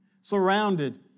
Surrounded